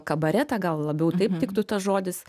kabaretą gal labiau taip tiktų tas žodis